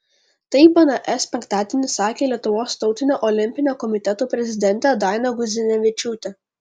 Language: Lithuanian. tai bns penktadienį sakė lietuvos tautinio olimpinio komiteto prezidentė daina gudzinevičiūtė